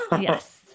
Yes